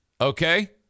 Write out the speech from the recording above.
Okay